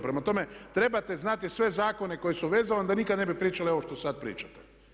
Prema tome, trebate znati sve zakone koji su vezani, onda nikad ne bi pričali ovo što sad pričate.